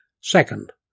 Second